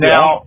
Now